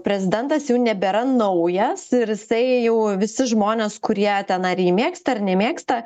prezidentas jau nebėra naujas ir jisai jau visi žmonės kurie ten ar jį mėgsta ar nemėgsta